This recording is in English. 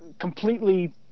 completely